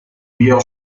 meilleur